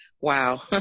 wow